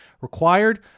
required